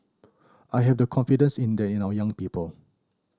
I have the confidence in that in our young people